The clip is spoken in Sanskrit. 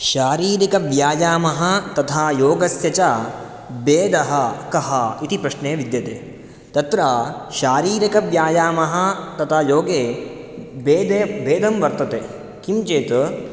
शारीरिकव्यायामः तथा योगस्य च भेदः कः इति प्रश्ने विद्यते तत्र शारीरिकव्यायामः तथा योगे भेदं वर्तते किं चेत्